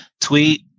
tweet